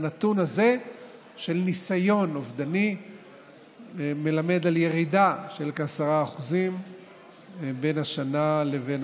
הנתון הזה של ניסיון אובדני מלמד על ירידה של כ-10% בין השנה לבין